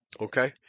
Okay